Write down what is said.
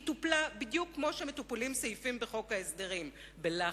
היא טופלה בדיוק כמו שמטופלים סעיפים בחוק ההסדרים: בלחץ,